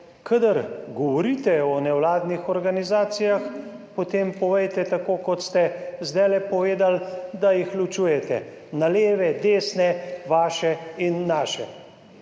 Kadar govorite o nevladnih organizacijah, potem povejte, tako kot ste zdajle povedali – da jih ločujete na leve, desne, vaše in naše.